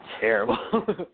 terrible